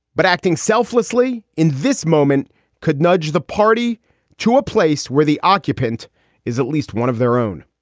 but acting selflessly in this moment could nudge the party to a place where the occupant is at least one of their own